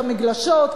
את המגלשות,